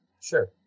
Sure